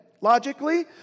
logically